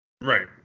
Right